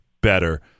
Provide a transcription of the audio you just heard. better